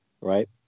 right